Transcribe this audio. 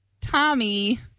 Tommy